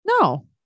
No